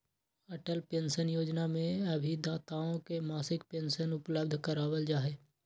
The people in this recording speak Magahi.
अटल पेंशन योजना में अभिदाताओं के मासिक पेंशन उपलब्ध करावल जाहई